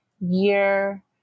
year